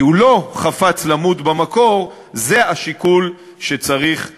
כי הוא לא חפץ למות במקור, זה השיקול שצריך לגבור.